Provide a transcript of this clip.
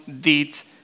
deeds